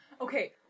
Okay